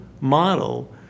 model